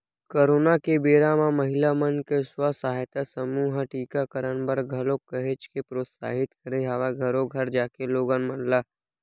corona के बेरा म महिला मन के स्व सहायता समूह ह टीकाकरन बर घलोक काहेच के प्रोत्साहित करे हवय घरो घर जाके लोगन मन ल